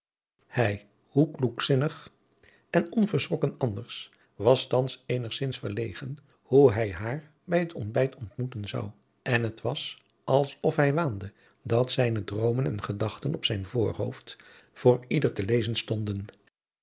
hij hoe kloekzinnig en onverschrokken anders was thans eenigzins verlegen hoe hij haar bij het ontbijt ontmoeten zou en het was als of hij waande dat zijne droomen en gedachten op zijn voorhoofd voor ieder te lezen stonden